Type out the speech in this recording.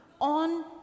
on